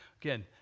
Again